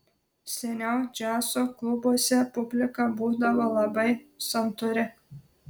seniau džiazo klubuose publika būdavo labai santūri